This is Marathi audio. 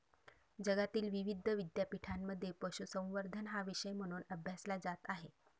जगातील विविध विद्यापीठांमध्ये पशुसंवर्धन हा विषय म्हणून अभ्यासला जात आहे